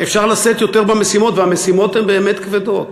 אפשר לשאת יותר במשימות, והמשימות הן באמת כבדות.